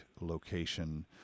location